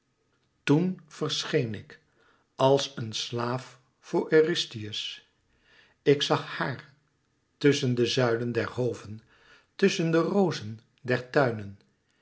ten verscheen ik als een slaaf voor eurystheus ik zag hàar tusschen de zuilen der hoven tusschen de rozen der tuinen